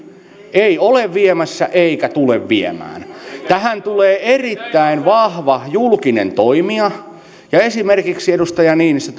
ei ole viemässä eikä tule viemään tähän tulee erittäin vahva julkinen toimija ja esimerkiksi edustaja niinistö